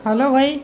hello بھائی